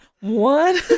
One